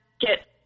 get